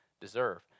deserve